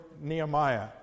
Nehemiah